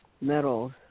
metals